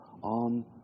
on